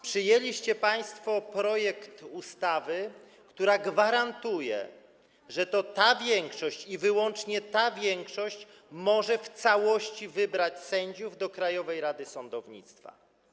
Przyjęliście państwo projekt ustawy, który gwarantuje, że to ta większość, wyłącznie ta większość może w całości wybrać sędziów do Krajowej Rady Sądownictwa.